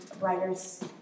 writers